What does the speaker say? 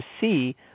see